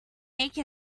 make